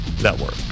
Network